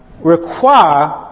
require